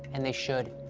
and they should.